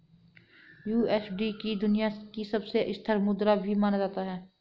USD को दुनिया की सबसे स्थिर मुद्रा भी माना जाता है